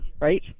right